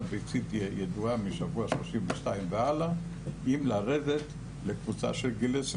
ביצית ידועה משבוע 32 והלאה אם לרדת לקבוצה של גיל 20